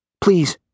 Please